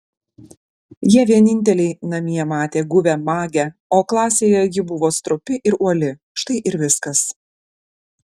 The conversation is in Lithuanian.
jie vieninteliai namie matė guvią magę o klasėje ji buvo stropi ir uoli štai ir viskas